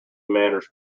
manners